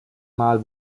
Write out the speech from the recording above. mal